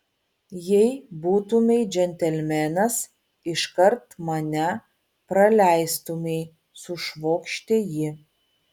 jei būtumei džentelmenas iškart mane praleistumei sušvokštė ji